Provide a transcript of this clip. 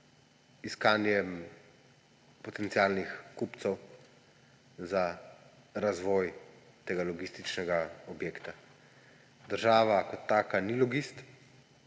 iskanjem potencialnih kupcev za razvoj tega logističnega objekta. Država kot taka ni logist,